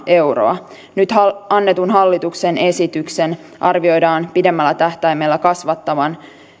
euroa nyt annetun hallituksen esityksen arvioidaan pidemmällä tähtäimellä kasvattavan